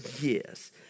yes